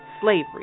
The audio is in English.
Slavery